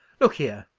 look here,